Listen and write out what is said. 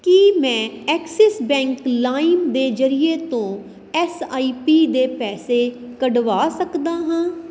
ਕੀ ਮੈਂ Axis Bank Lime ਦੇ ਜਰੀਏ ਤੋਂ ਐਸ ਆਈ ਪੀ ਦੇ ਪੈਸੇ ਕੱਢਵਾ ਸਕਦਾ ਹਾਂ